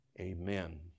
amen